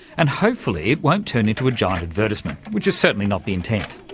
and hopefully it won't turn into a giant advertisement, which is certainly not the intent.